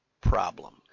problem